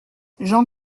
jean